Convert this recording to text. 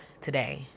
today